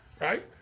Right